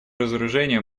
разоружению